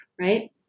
right